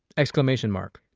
exclamation mark!